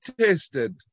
tasted